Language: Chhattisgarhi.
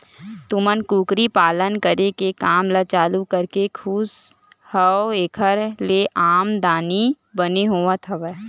तुमन कुकरी पालन करे के काम ल चालू करके खुस हव ऐखर ले आमदानी बने होवत हवय?